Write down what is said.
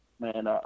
man